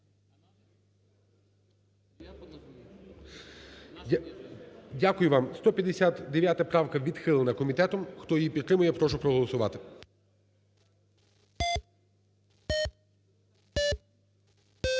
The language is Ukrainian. Дякую вам. 185-а правка є відхилена комітетом. Хто її підтримує, прошу проголосувати.